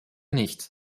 nicht